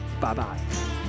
Bye-bye